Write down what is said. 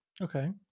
Okay